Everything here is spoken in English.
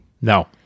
no